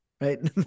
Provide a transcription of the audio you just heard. right